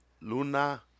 Luna